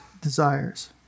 desires